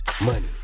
Money